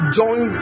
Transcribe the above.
join